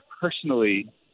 personally